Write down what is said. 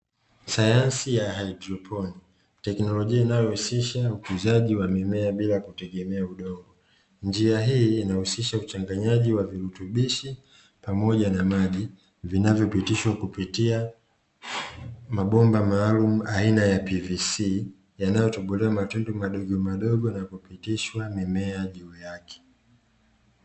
Sayansi ya haidroponi, teknolojia inayohusisha ukuzaji wa mimea bila kutegemea udongo njia hii inahusisha uchanganyaji wa virutubishi pamoja na maji vinavyopitishwa kupitia mabomba maalumu aina ya PVC yanayotobolewa matundu madogomadgo na kupitishwa mimea juu yake.